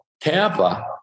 Tampa